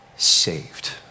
saved